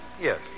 Yes